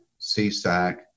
CSAC